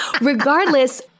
regardless